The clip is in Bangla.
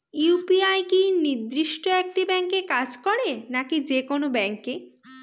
ইউ.পি.আই কি নির্দিষ্ট একটি ব্যাংকে কাজ করে নাকি যে কোনো ব্যাংকে?